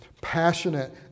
passionate